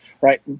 right